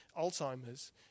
Alzheimer's